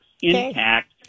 intact